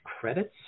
credits